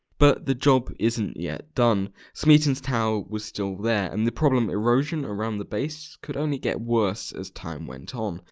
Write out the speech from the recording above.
but the job isn't yet done, smeaton's tower was still there and the problem erosion around the base could only get worse as time went um